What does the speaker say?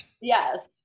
Yes